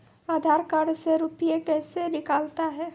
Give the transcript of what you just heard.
आधार कार्ड से रुपये कैसे निकलता हैं?